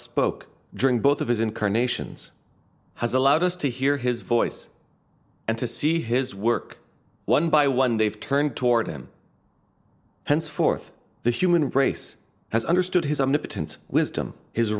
spoke during both of his incarnations has allowed us to hear his voice and to see his work one by one they've turned toward him henceforth the human race has understood his om